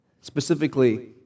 specifically